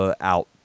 out